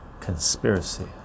conspiracy